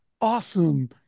awesome